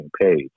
page